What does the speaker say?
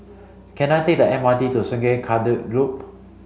can I take the M R T to Sungei Kadut Loop